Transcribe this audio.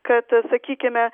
kad sakykime